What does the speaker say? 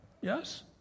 Yes